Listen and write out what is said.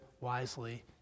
wisely